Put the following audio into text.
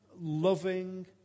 loving